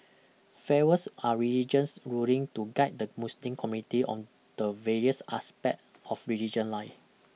fatwas are religious rulings to guide the Muslim community on the various aspects of religion life